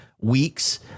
weeks